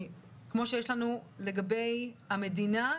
כמו שיש לנו לגבי המדינה,